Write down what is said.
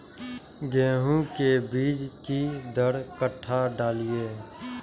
गेंहू के बीज कि दर कट्ठा डालिए?